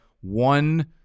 one